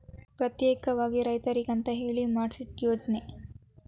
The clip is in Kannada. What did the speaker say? ಪ್ರತ್ಯೇಕವಾಗಿ ರೈತರಿಗಂತ ಹೇಳಿ ಮಾಡ್ಸಿದ ಯೋಜ್ನಾ